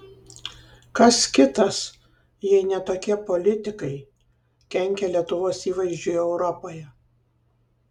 kas kitas jei ne tokie politikai kenkia lietuvos įvaizdžiui europoje